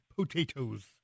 potatoes